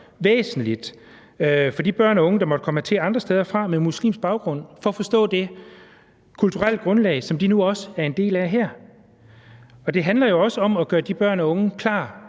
væsentligt for de børn og unge med muslimsk baggrund, der måtte komme hertil andre steder fra, at forstå det kulturelle grundlag, som de nu også er en del af her. Det handler jo også om at gøre de børn og unge klar